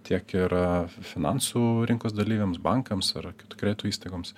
tiek ir finansų rinkos dalyviams bankams ar kitų kreditų įstaigoms